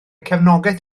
cefnogaeth